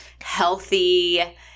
healthy